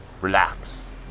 relax